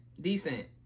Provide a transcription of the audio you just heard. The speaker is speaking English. Decent